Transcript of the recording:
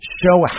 show